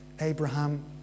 Abraham